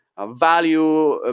a value,